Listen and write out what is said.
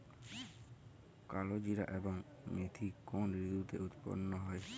কালোজিরা এবং মেথি কোন ঋতুতে উৎপন্ন হয়?